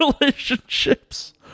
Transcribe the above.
relationships